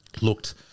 looked